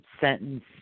sentence